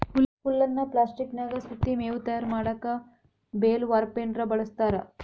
ಹುಲ್ಲನ್ನ ಪ್ಲಾಸ್ಟಿಕನ್ಯಾಗ ಸುತ್ತಿ ಮೇವು ತಯಾರ್ ಮಾಡಕ್ ಬೇಲ್ ವಾರ್ಪೆರ್ನ ಬಳಸ್ತಾರ